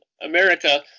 America